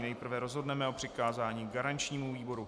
Nejprve rozhodneme o přikázání garančnímu výboru.